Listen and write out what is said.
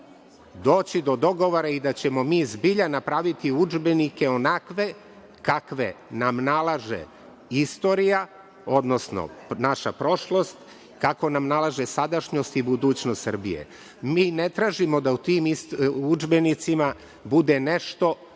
doći do dogovora i da ćemo mi zbilja napraviti udžbenike onakve kakve nam nalaže istorija, odnosno naša prošlost, kako nam nalaže sadašnjost i budućnost Srbije. Mi ne tražimo da u tim udžbenicima bude nešto